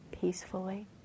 peacefully